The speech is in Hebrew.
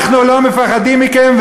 אנחנו לא מפחדים מכם,